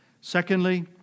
Secondly